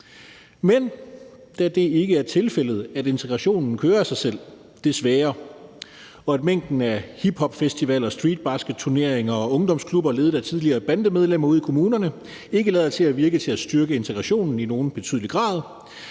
Men da det ikke er tilfældet, at integrationen kører af sig selv – desværre – og at mængden af hiphopfestivaler, streetbasketturneringer og ungdomsklubber ledet af tidligere bandemedlemmer ude i kommunerne lader til at styrke integrationen i nogen betydelig grad,